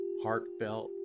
heartfelt